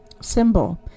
symbol